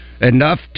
enough